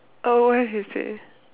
oh he say